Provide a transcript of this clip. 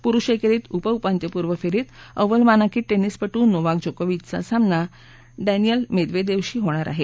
पुरुष एकेरीत उप उपांत्यपूर्व फेरीत अव्वल मानांकित टेनिसपटू नोवाक जोकोविचा सामना डैनिल मेद्रेदेवशी होईल